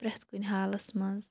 پرٛٮ۪تھ کُنہِ حالَس منٛز